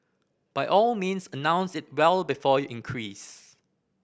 by all means announce it well before you increase